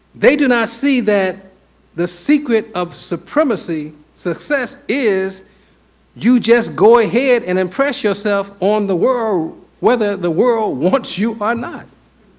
they do not see that the secret of supremacy, success is you just go ahead and impress yourself on the world whether the world wants you or not.